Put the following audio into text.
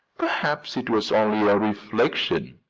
perhaps it was only a reflection.